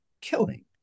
killing